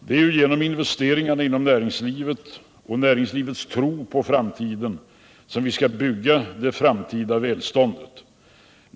Det är ju genom investeringarna inom näringslivet och näringslivets tro på framtiden som vi skall bygga det framtida välståndet.